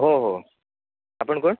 हो हो आपण कोण